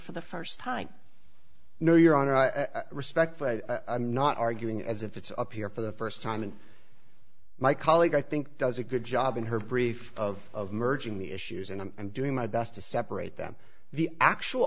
for the first time no your honor i respect but i'm not arguing as if it's up here for the first time and my colleague i think does a good job in her brief of merging the issues and doing my best to separate them the actual